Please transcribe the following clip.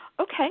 Okay